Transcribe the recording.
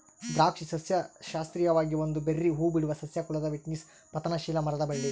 ದ್ರಾಕ್ಷಿ ಸಸ್ಯಶಾಸ್ತ್ರೀಯವಾಗಿ ಒಂದು ಬೆರ್ರೀ ಹೂಬಿಡುವ ಸಸ್ಯ ಕುಲದ ವಿಟಿಸ್ನ ಪತನಶೀಲ ಮರದ ಬಳ್ಳಿ